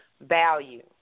value